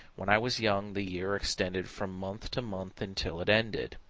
when i was young the year extended from month to month until it ended.